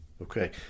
Okay